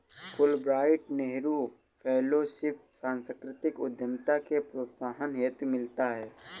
Fulbright Nehru fellowship सांस्कृतिक उद्यमिता के प्रोत्साहन हेतु मिलता है